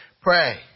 Pray